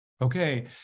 okay